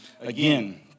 again